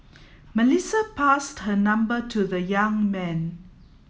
Melissa passed her number to the young man